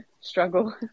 struggle